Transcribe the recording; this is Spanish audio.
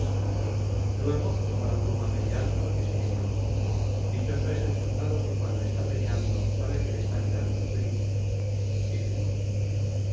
luego tomó la pluma periandro y escribió dichoso es el soldado que cuando está peleando sabe que le está mirando su principe y firmó